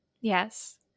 Yes